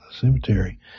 cemetery